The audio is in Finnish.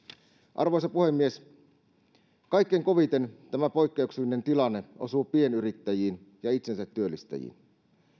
arvoisa puhemies kaikkein koviten tämä poikkeuksellinen tilanne osuu pienyrittäjiin ja itsensätyöllistäjiin